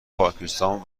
پاکستان